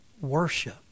worship